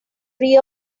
free